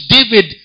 David